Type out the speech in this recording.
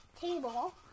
table